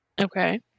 Okay